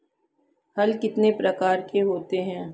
हल कितने प्रकार के होते हैं?